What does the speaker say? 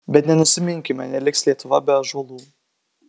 bet nenusiminkime neliks lietuva be ąžuolų